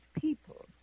people